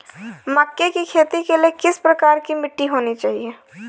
मक्के की खेती के लिए किस प्रकार की मिट्टी होनी चाहिए?